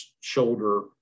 shoulder